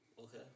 Okay